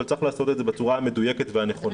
אבל צריך לעשות את זה בצורה המדויקת והנכונה.